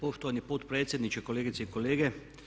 Poštovani potpredsjednice, kolegice i kolege.